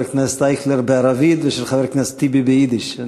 הכנסת אייכלר בערבית ושל חבר הכנסת טיבי ביידיש.